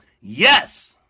Yes